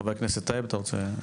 חבר הכנסת טייב אתה רוצה?